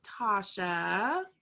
tasha